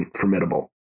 formidable